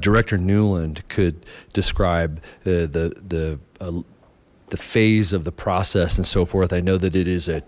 director newland could describe the the the phase of the process and so forth i know that it is a